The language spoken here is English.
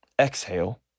Exhale